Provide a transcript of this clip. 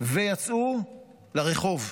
ויצאו לרחוב.